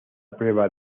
prueba